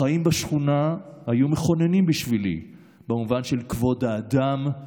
החיים בשכונה היו מכוננים בשבילי במובן של כבוד האדם,